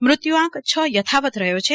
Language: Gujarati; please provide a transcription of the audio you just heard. મૃત્યુઆંક છ યથાવત રહ્યો છે